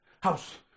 house